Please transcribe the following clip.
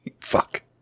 Fuck